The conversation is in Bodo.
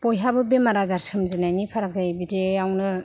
बयहाबो बेमार आजार सोमजिनायनि फाराग जायो बिदिआवनो